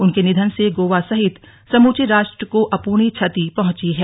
उनके निधन से गोवा सहित समूचे राष्ट्र को अपूर्णीय क्षति पहुँची है